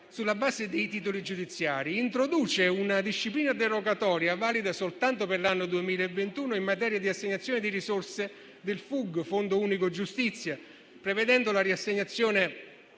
sulla base dei titoli giudiziari. Introduce una disciplina derogatoria, valida soltanto per l'anno 2021, in materia di assegnazione di risorse del Fondo unico di giustizia (FUG), prevedendo la riassegnazione